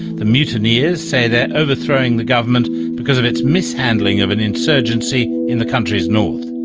the mutineers say they're overthrowing the government because of its mishandling of an insurgency in the country's north.